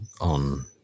on